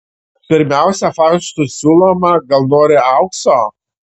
pirmiausia faustui siūloma gal nori aukso